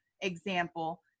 example